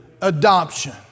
Adoption